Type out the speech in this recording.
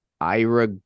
Ira